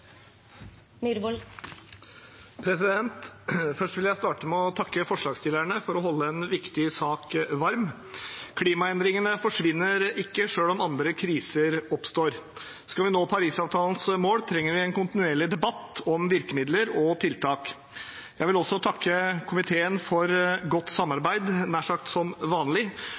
minutter. Først vil jeg takke forslagsstillerne for at de holder en viktig sak varm. Klimaendringene forsvinner ikke selv om andre kriser oppstår. Skal vi nå Parisavtalens mål, trenger vi en kontinuerlig debatt om virkemidler og tiltak. Jeg vil også takke komiteen for godt samarbeid, nær sagt som